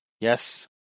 Yes